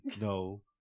No